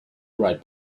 right